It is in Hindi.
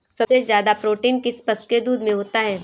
सबसे ज्यादा प्रोटीन किस पशु के दूध में होता है?